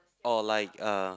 oh like uh